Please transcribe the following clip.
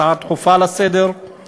הצעה דחופה לסדר-היום,